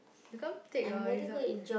you come take your result